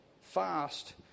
fast